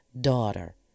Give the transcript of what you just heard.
daughter